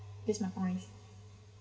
these my points